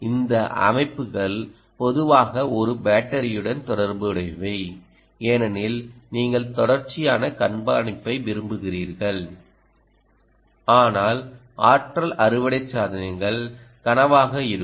இந்த அமைப்புகள் பொதுவாக ஒரு பேட்டரியுடன் தொடர்புடையவை ஏனெனில் நீங்கள் தொடர்ச்சியான கண்காணிப்பை விரும்புகிறீர்கள் ஆனால் ஆற்றல் அறுவடை சாதனங்கள் கனவாக இருக்கும்